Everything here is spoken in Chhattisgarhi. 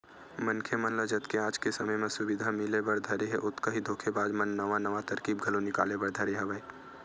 मनखे मन ल जतके आज के समे म सुबिधा मिले बर धरे हे ओतका ही धोखेबाज मन नवा नवा तरकीब घलो निकाले बर धरे हवय